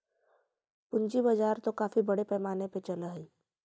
पूंजी बाजार तो काफी बड़े पैमाने पर चलअ हई